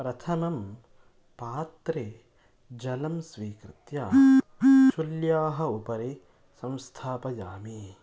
प्रथमं पात्रे जलं स्वीकृत्य चुल्याः उपरि संस्थापयामि